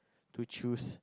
to choose